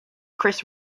chris